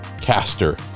caster